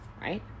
Right